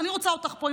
אני רוצה אותך פה,